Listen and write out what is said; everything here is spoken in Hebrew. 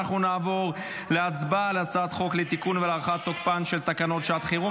נעבור להצבעה על הצעת חוק לתיקון ולהארכת תוקפן של תקנות שעת חירום